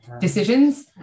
decisions